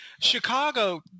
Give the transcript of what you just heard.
Chicago